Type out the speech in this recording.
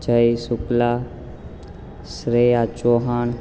Jay Shukla Shreya Chauhan